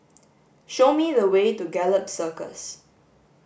show me the way to Gallop Circus